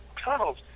tunnels